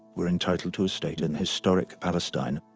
were entitled to a state in historic palestine,